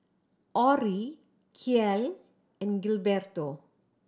Orrie Kiel and Gilberto